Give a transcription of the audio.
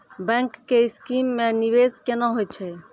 Bank के scheme मे निवेश केना होय छै?